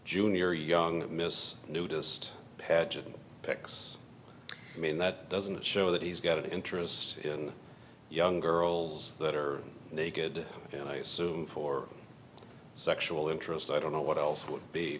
junior young miss nudist pageant pics i mean that doesn't show that he's got an interest in young girls that are naked for sexual interest i don't know what else would be